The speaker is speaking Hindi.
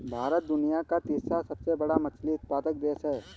भारत दुनिया का तीसरा सबसे बड़ा मछली उत्पादक देश है